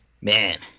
man